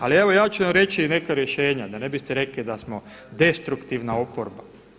Ali evo ja ću vam reći neka rješenja, da ne biste rekli da smo destruktivna oporba.